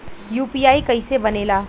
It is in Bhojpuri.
यू.पी.आई कईसे बनेला?